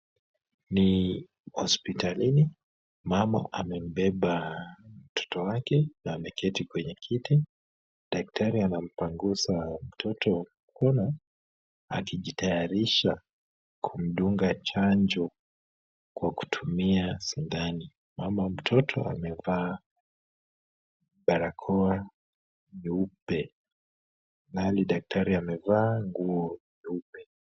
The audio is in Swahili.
Ni hospitalini, mama amembeba mtoto wake na ameketi kwenye kiti, daktari anampanguza mtoto mkono akijitayarisha kumdunga chanjo kwa kutumia sindani, mama mtoto amevaaa barakoa nyeupe, naye daktari amevaa nguo nyeupe